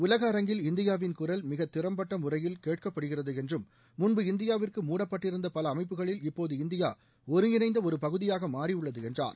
உலக அரங்கில் இந்தியாவின் குரல் மிக திறம் பட்ட முறையில் கேட்கப்படுகிறது என்றும் முன்பு இந்தியாவிற்கு மூடப்பட்டிருந்த பல அமைப்புகளில் இப்போது இந்தியா ஒருங்கிணைந்த ஒரு பகுதியாக மாறியுள்ளது என்றார்